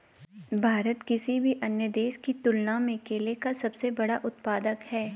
भारत किसी भी अन्य देश की तुलना में केले का सबसे बड़ा उत्पादक है